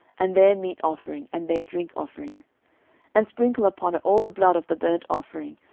and their meat offering, and their drink offerings and sprinkle upon it all the blood of the burnt offering,